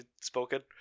spoken